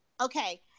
okay